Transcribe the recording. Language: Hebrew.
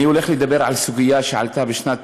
אני הולך לדבר על סוגיה שעלתה בשנת